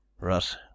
Russ